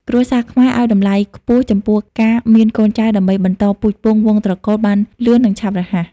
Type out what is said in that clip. គ្រួសារខ្មែរឲ្យតម្លៃខ្ពស់ចំពោះការមានកូនចៅដើម្បីបន្តពូជពង្សវង្សត្រកូលបានលឿននឹងឆាប់រហ័ស ។